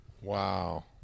Wow